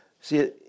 See